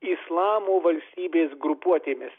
islamo valstybės grupuotėmis